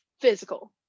physical